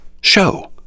show